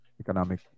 economic